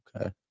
Okay